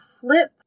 flip